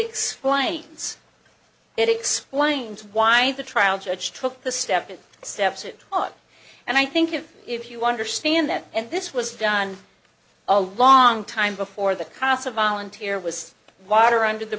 explains it explains why the trial judge took the step and steps it up and i think it if you understand that and this was done a long time before the cost of volunteer was water under the